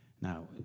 Now